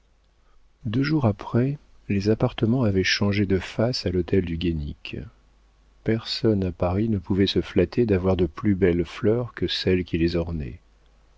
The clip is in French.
deux jours après les appartements avaient changé de face à l'hôtel du guénic personne à paris ne pouvait se flatter d'avoir de plus belles fleurs que celles qui les ornaient